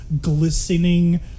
glistening